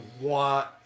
want